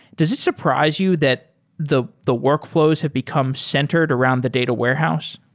does it surprise you that the the workflows have become centered around the data warehouse?